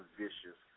vicious